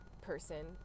person